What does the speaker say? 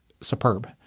superb